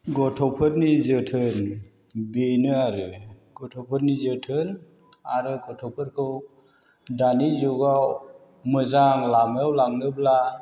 गथ'फोरनि जोथोन बेनो आरो गथ'फोरनि जोथोन आरो गथ'फोरखौ दानि जुगाव मोजां लामायाव लांनोब्ला